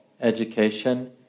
education